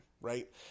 Right